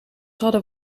hadden